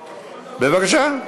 בבקשה.